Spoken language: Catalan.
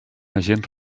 agent